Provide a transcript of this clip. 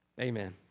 Amen